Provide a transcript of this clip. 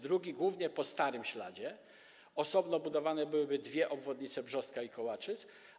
Drugi - głównie po starym śladzie, osobno budowane byłyby dwie obwodnice Brzostka i Kołaczyc.